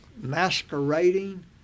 masquerading